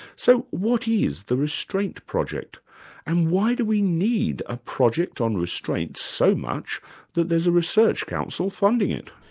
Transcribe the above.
so what is the restraint project and why do we need a project on restraint so much that there's a research council funding it?